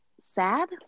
sad